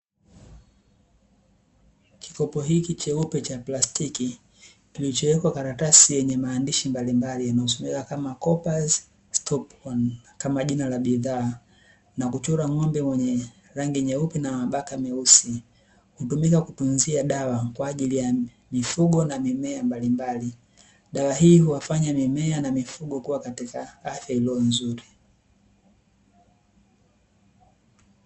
Kikopo hiki cheupe cha plastiki kilichowekwa karatasi yenye maandishi mbalimbali yanayosomeka kama"coopers spot on" kama jina la bidhaa, na kuchorwa ng'ombe mwenye rangi nyeupe na mabaka meusi. Hutumika kutunzia dawa kwa ajili ya mifugo na mimea mbalimbali. Dawa hii huwafanya mimea na mifugo kuwa katika afya nzuri.